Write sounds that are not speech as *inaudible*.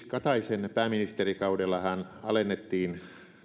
*unintelligible* kataisen pääministerikaudellahan alennettiin